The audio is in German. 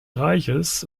reiches